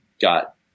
got